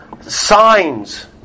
signs